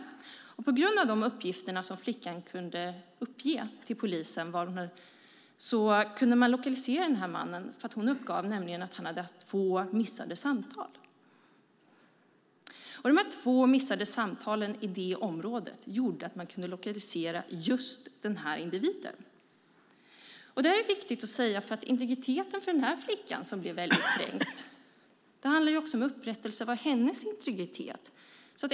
Tack vare de uppgifter som flickan kunde ge till polisen kunde man lokalisera mannen. Hon uppgav nämligen att han hade haft två missade samtal. De två missade samtalen i det området gjorde att man kunde lokalisera just den individen. Det är viktigt att säga detta. Det handlar om en upprättelse av denna kränkta flickas integritet.